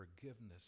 forgiveness